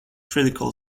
critical